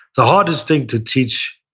the hardest thing to teach